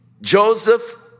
Joseph